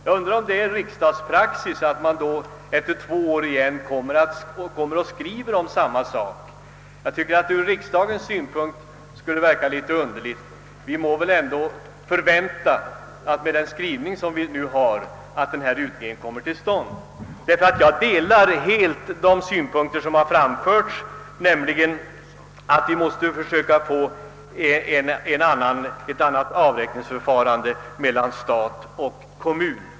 Jag undrar om det är riksdagspraxis att man då efter två år åter skriver om samma sak. Det skulle verka litet ovanligt. Vi måste väl ändå förvänta att denna utredning kommer till stånd som en följd av den skrivning som nu gjorts. Jag delar helt de synpunkter som framförts beträffande angelägenheten av att få till stånd ett annat avräkningsförfarande mellan stat och kommun.